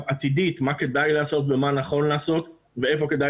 עתידית מה כדאי לעשות ומה נכון לעשות ואיפה כדאי